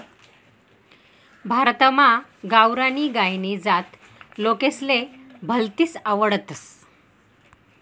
भारतमा गावरानी गायनी जात लोकेसले भलतीस आवडस